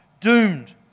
doomed